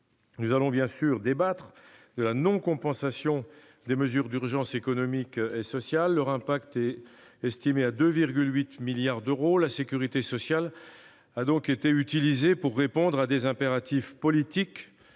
Nous allons évidemment débattre de la non-compensation des mesures d'urgence économiques et sociales. Leur impact est estimé à 2,8 milliards d'euros. La sécurité sociale a donc été utilisée pour répondre à des impératifs politiques